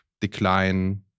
decline